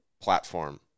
platform